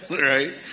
Right